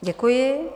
Děkuji.